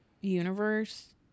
universe